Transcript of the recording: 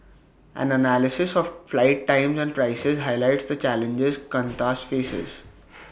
an analysis of flight times and prices highlights the challenges Qantas faces